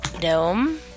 Dome